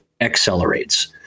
accelerates